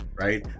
right